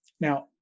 now